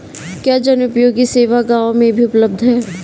क्या जनोपयोगी सेवा गाँव में भी उपलब्ध है?